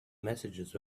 messages